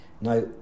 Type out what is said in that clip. Now